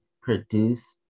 produce